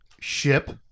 Ship